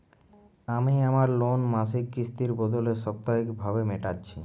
আমি আমার লোন মাসিক কিস্তির বদলে সাপ্তাহিক ভাবে মেটাচ্ছি